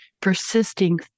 persisting